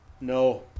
No